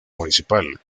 municipal